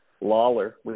Lawler